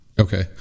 Okay